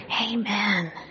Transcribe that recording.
Amen